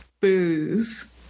booze